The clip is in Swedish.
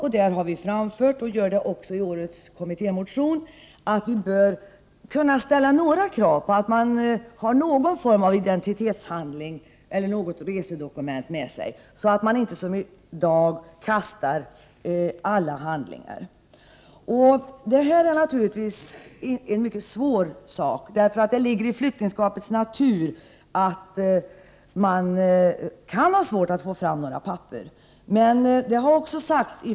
Vi har tidigare framfört och gör det också i årets kommittémotion att vi bör kunna ställa några krav på att flyktingarna har någon form av identitetshandling eller något resedokument med sig så att de inte som i dag kastar alla handlingar. Det är naturligtvis en besvärlig fråga eftersom det ligger i flyktingskapets natur att det kan vara svårt att få fram några papper.